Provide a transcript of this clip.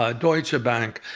ah deutsche bank,